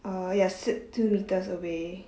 uh yes sit two metres away